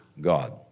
God